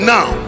Now